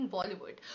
Bollywood